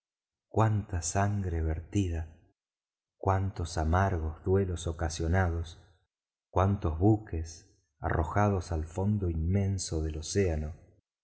cuánta sangre vertida cuántos amargos duelos ocasionados cuántos buques arrojados al fondo inmenso del océano